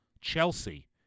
Chelsea